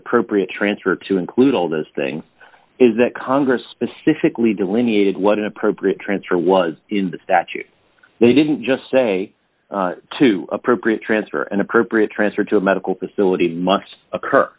appropriate transfer to include all those things is that congress specifically delineated what an appropriate transfer was in the statute they didn't just say to appropriate transfer or an appropriate transfer to a medical facility must occur